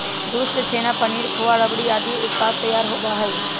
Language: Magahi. दूध से छेना, पनीर, खोआ, रबड़ी आदि उत्पाद तैयार होबा हई